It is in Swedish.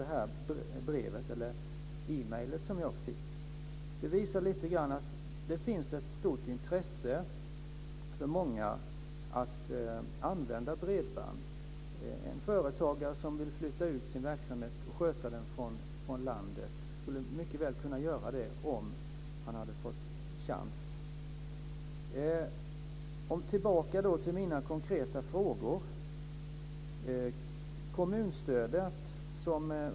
Det här mejlet visar att det finns ett stort intresse hos många att använda bredband. En företagare som vill flytta ut sin verksamhet och sköta den från landet skulle mycket väl kunna göra det, om han hade fått chansen. Tillbaka till mina konkreta frågor.